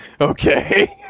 Okay